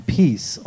peace